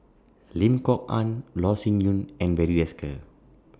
Lim Kok Ann Loh Sin Yun and Barry Desker